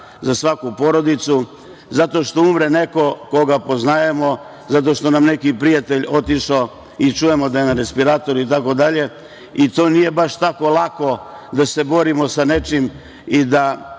za svaku porodicu zato što umre neko koga poznajemo, zato što nam je neki prijatelj otišao i čujemo da je na respiratoru i tako dalje, i to nije baš tako lako da se borimo sa nečim i da